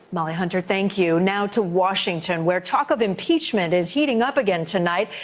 molly hunter, thank you. now to washington where talk of impeachment is heating up again tonight.